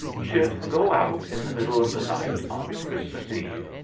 should go out in the middle of the night on christmas eve,